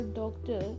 doctor